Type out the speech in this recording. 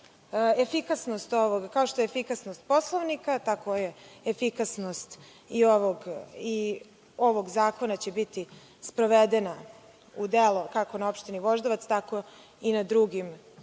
Kao što je efikasnost Poslovnika, tako i efikasnost ovog zakona će biti sprovedena u delo kako na Opštini Voždovac tako i na drugim